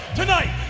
tonight